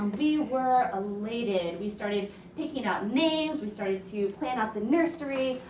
we were elated. we started picking out names. we started to plan out the nursery.